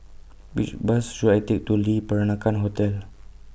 Which Bus should I Take to Le Peranakan Hotel